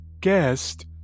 guest